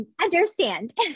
understand